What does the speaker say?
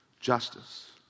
Justice